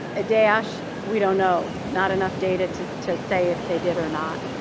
a dash, we don't know, not enough data to to say if they did or not.